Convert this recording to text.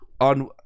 on